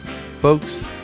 Folks